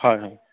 হয় হয়